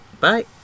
Bye